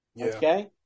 Okay